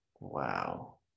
Wow